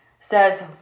says